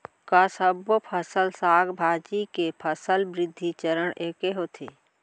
का सबो फसल, साग भाजी के फसल वृद्धि चरण ऐके होथे?